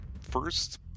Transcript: first